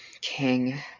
King